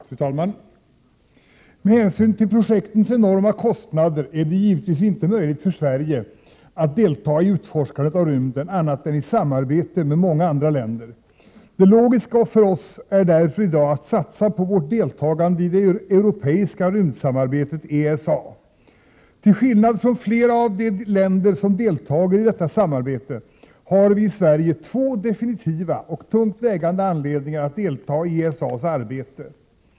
Fru talman! Med hänsyn till projektens enorma kostnader är det givetvis inte möjligt för Sverige att delta i utforskandet av rymden annat än i samarbete med många andra länder. Det logiska för oss är därför i dag att satsa på vårt deltagande i det europeiska rymdsamarbetet ESA. Till skillnad från flera av de länder som deltar i detta samarbete har vi i Sverige två definitiva och tungt vägande anledningar att delta i ESA:s arbete.